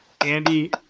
Andy